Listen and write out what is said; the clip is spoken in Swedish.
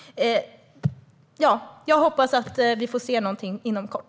Jag hoppas att vi får se något inom kort.